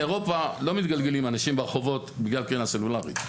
באירופה לא מתגלגלים אנשים ברחובות בגלל קרינה סלולרית.